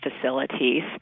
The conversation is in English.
facilities